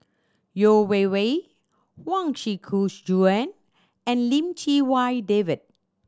Yeo Wei Wei Huang Shiqi Joan and Lim Chee Wai David